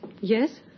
Yes